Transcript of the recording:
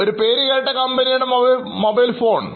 ഒരു പേരുകേട്ട മൊബൈൽ ഫോൺഉണ്ട്